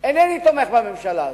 איני תומך בממשלה הזאת,